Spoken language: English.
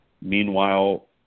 Meanwhile